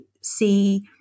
see